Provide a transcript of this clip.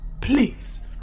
Please